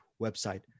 website